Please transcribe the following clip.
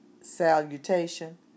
salutation